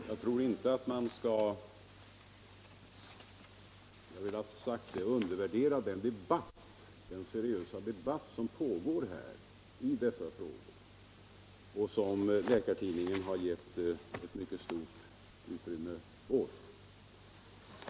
Herr talman! Jag tror inte att man skall — det vill jag framhålla — undervärdera den seriösa debatt som pågår i dessa frågor och som Läkartidningen gett ett mycket stort utrymme.